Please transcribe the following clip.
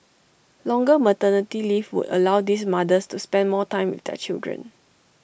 longer maternity leave would allow these mothers to spend more time with their children